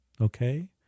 Okay